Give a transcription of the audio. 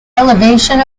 elevation